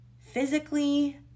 physically